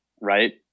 Right